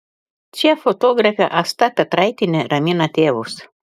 čia fotografė asta petraitienė ramina tėvus